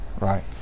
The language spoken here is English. right